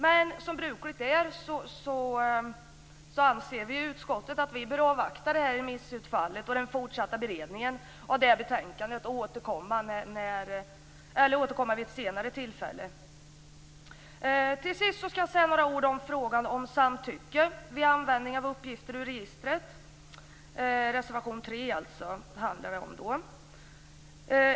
Men som brukligt är anser vi i utskottet att vi bör avvakta remissutfallet och den fortsatta beredningen av betänkandet och återkomma vid ett senare tillfälle. Till sist skall jag säga några ord om frågan om samtycke vid användning av uppgifter ur registret. Det handlar då om reservation 3.